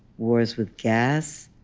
wars with gas,